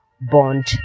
bond